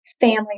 family